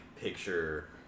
picture